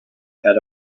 head